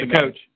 coach